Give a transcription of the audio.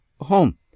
home